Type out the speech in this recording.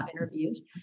interviews